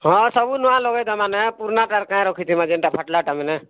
ହଁ ସବୁ ନୂଆ ଲଗେଇଦେମା ନେଁ ପୁରୁନା କେଁ ରଖିଥିମା ଜେଣ୍ଟା ଫାଟିଲାଟା ମନେ